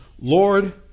Lord